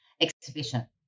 exhibition